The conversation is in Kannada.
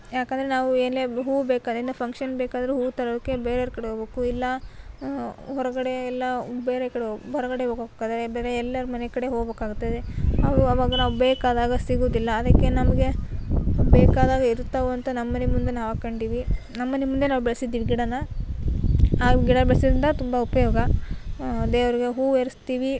ಯಾಕೆಂದರೆ ನಾವು ಏನೇ ಹೂವು ಬೇಕೆಂದರೆ ಏನೇ ಫಂಕ್ಷನ್ಗೆ ಬೇಕಾದರೂ ಹೂವು ತರೋಕೆ ಬೇರೆಯೋರ ಕಡೆ ಹೋಗ್ಬೇಕು ಇಲ್ಲ ಹೊರಗಡೆ ಎಲ್ಲ ಬೇರೆ ಕಡೆ ಹೋಗಿ ಹೊರಗಡೆ ಹೋಗ್ಬೇಕಾದ್ರೆ ಬೇರೆ ಎಲ್ಲರ ಮನೆ ಕಡೆ ಹೋಗಬೇಕಾಗುತ್ತೆ ಅವಾಗ ನಾವು ಬೇಕಾದಾಗ ಸಿಗುವುದಿಲ್ಲ ಅದಕ್ಕೆ ನಮಗೆ ಬೇಕಾದಾಗ ಇರ್ತವೆ ಅಂತ ನಮ್ಮನೆ ಮುಂದೆ ನಾವು ಹಾಕೊಂಡೀವಿ ನಮ್ಮನೆ ಮುಂದೆ ನಾವು ಬೆಳ್ಸಿದ್ದೀವಿ ಗಿಡನ ಆ ಗಿಡ ಬೆಳೆಸೋದ್ರಿಂದ ತುಂಬ ಉಪಯೋಗ ದೇವರಿಗೆ ಹೂವು ಏರಿಸ್ತೀವಿ